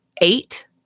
eight